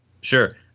Sure